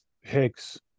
Hicks